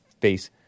face